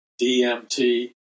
DMT